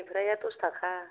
मैफ्राया दस थाखा